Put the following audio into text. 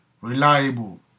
reliable